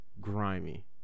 Grimy